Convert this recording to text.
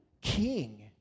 king